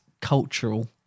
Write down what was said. cultural